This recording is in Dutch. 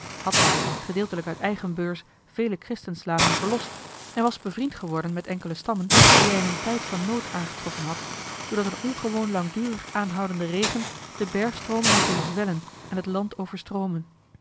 had daar gedeeltelijk uit eigen beurs vele christenslaven verlost en was bevriend geworden met enkele stammen die hij in een tijd van nood aangetroffen had doordat een ongewoon langdurig aanhoudende regen de bergstroomen had doen zwellen en het land overstroomen